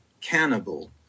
cannibal